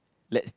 let's